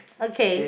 okay